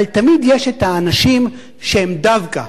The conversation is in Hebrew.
אבל תמיד יש האנשים שהם דווקא,